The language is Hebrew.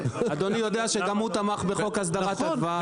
אדוני יודע שגם הוא תמך בחוק הסדרת הדבש,